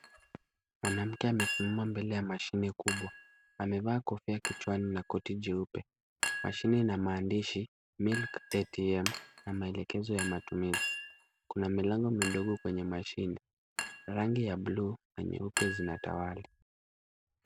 Mwanamke amesimama mbele ya mashine kubwa. Amevaa kofia kichwani na koti jeupe. Mashine ina maandishi, Milk ATM na maelekezo ya matumizi. Kuna milango midogo kwenye mashine. Rangi ya buluu na nyeupe zinatawala.